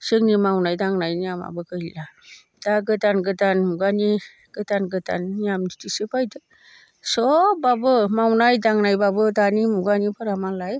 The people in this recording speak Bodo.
जोंनि मावनाय दांनाय नियामाबो गैला दा गोदान गोदान मुगानि गोदान गोदान नियम नितिसो फैदों सबाबो मावनाय दांनायबाबो दानि मुगानिफोरा मालाय